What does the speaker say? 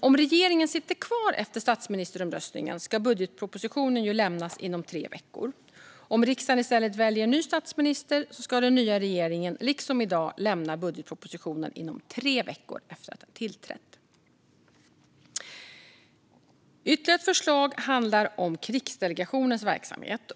Om regeringen sitter kvar efter statsministeromröstningen ska budgetpropositionen lämnas inom tre veckor. Om riksdagen i stället väljer ny statsminister ska den nya regeringen, liksom i dag, lämna budgetpropositionen inom tre veckor efter att den har tillträtt. Ytterligare ett förslag handlar om krigsdelegationens verksamhet.